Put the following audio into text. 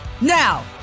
Now